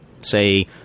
say